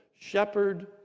Shepherd